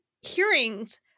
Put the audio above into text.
hearings